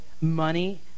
money